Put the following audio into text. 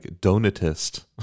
Donatist